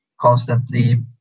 constantly